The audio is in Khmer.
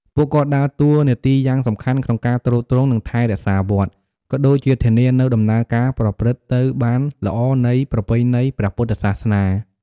ពួកគាត់ដើរតួនាទីយ៉ាងសំខាន់ក្នុងការទ្រទ្រង់ និងថែរក្សាវត្ត ក៏ដូចជាធានានូវដំណើរការប្រព្រឹត្តទៅបានល្អនៃប្រពៃណីព្រះពុទ្ធសាសនា។